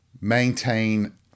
maintain